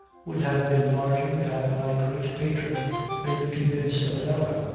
would have been larger had my great patron been convinced of an error,